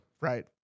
Right